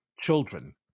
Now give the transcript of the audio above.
children